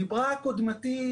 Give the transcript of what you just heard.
דיברה קודמתי,